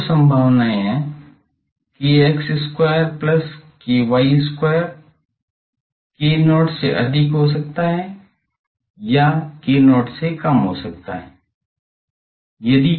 अब दो संभावनाएँ हैं kx square plus ky square k0 से अधिक हो सकता है या k0 से कम हो सकता है